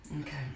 Okay